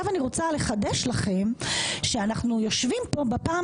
אני רוצה לחדש לכם שאנחנו יושבים כאן בפעם